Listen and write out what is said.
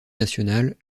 national